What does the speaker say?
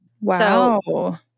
Wow